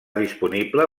disponible